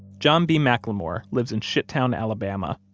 john b mclemore lives in shittown, alabama.